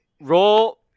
Roll